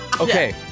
Okay